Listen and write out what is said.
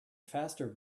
faster